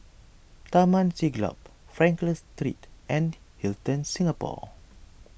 Taman Siglap Frankel Street and Hilton Singapore